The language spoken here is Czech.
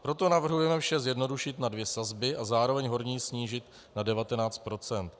Proto navrhujeme vše zjednodušit na dvě sazby a zároveň horní snížit na 19 %.